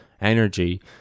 energy